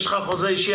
יש לך חוזה אישי,